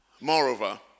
Moreover